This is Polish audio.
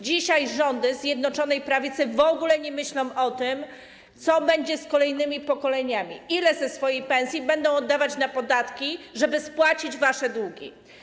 Dzisiaj Zjednoczona Prawica, rządzący w ogóle nie myślą o tym, co będzie z kolejnymi pokoleniami, ile ze swojej pensji będą oddawać na podatki, żeby spłacić te długi.